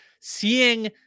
seeing